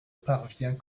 parvient